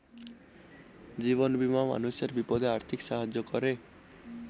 জীবন বীমা মানুষের বিপদে আর্থিক সাহায্য করে